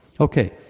Okay